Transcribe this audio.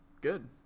Good